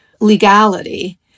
legality